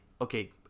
Okay